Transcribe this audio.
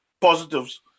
positives